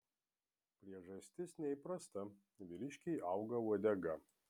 priežastis neįprasta vyriškiui auga uodega